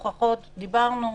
דיברנו,